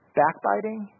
backbiting